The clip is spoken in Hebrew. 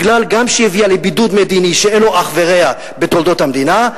גם מפני שהביאה לבידוד מדיני שאין לו אח ורע בתולדות המדינה,